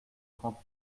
trente